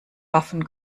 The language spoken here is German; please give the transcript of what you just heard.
waffen